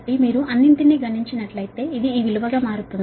కాబట్టి మీరు అన్నింటినీ గణించినట్లయితే ఇది ఈ విలువగా మారుతుంది ఇది 4